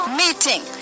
meeting